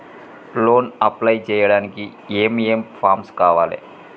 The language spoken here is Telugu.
లోన్ అప్లై చేయడానికి ఏం ఏం ఫామ్స్ కావాలే?